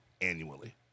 annually